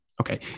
okay